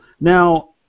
Now